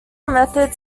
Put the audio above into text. methods